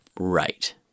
Right